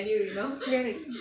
damn it